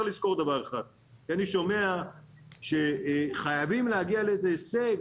אני שומע שחייבים להגיע לאיזה הישג,